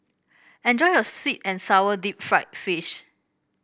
enjoy your sweet and sour Deep Fried Fish